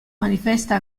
manifesta